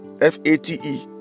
F-A-T-E